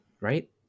Right